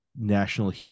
national